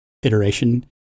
iteration